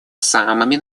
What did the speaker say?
самыми